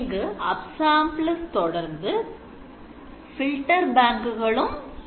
இங்கு upsamplers தொடர்ந்து filter bank களும் இருக்கின்றது